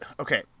Okay